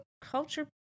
culture